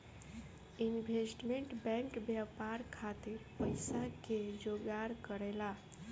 investment bank व्यापार खातिर पइसा के जोगार करेला